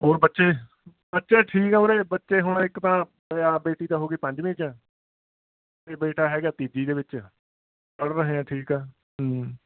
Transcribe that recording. ਹੋਰ ਬੱਚੇ ਬੱਚੇ ਠੀਕ ਆ ਉਰੇ ਬੱਚੇ ਹੁਣ ਇੱਕ ਤਾਂ ਆਹ ਬੇਟੀ ਤਾਂ ਹੋ ਗਈ ਪੰਜਵੀਂ 'ਚ ਅਤੇ ਬੇਟਾ ਹੈਗਾ ਤੀਜੀ ਦੇ ਵਿੱਚ ਪੜ੍ਹ ਰਹੇ ਹਾਂ ਠੀਕ ਆ